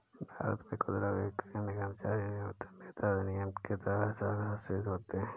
भारत में खुदरा बिक्री में कर्मचारी न्यूनतम वेतन अधिनियम के तहत शासित होते है